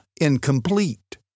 incomplete